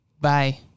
Bye